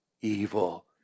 evil